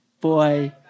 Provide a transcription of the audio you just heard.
boy